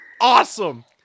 awesome